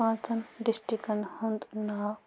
پانٛژن ڈِسٹِرٛکن ہُنٛد ناو